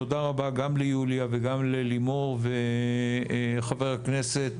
תודה רבה גם ליוליה וגם ללימור וחבר הכנסת